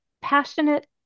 passionate